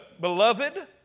beloved